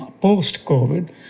post-COVID